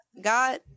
God